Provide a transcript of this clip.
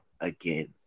again